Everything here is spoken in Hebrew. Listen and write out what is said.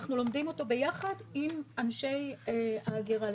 אנחנו לומדים אותו ביחד עם אנשי האגירה.